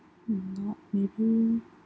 mm not maybe